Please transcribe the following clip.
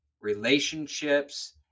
relationships